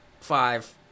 five